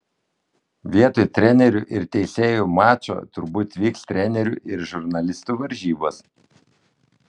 vietoj trenerių ir teisėjų mačo turbūt vyks trenerių ir žurnalistų varžybos